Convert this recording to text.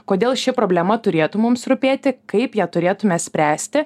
kodėl ši problema turėtų mums rūpėti kaip ją turėtume spręsti